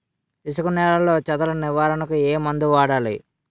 ఇసుక నేలలో చదల నివారణకు ఏ మందు వాడాలి?